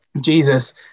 Jesus